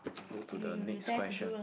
go to the next question